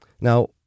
Now